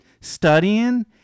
studying